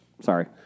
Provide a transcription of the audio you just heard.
Sorry